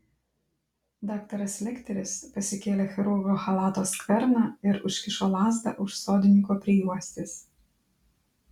daktaras lekteris pasikėlė chirurgo chalato skverną ir užkišo lazdą už sodininko prijuostės